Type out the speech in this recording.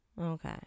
Okay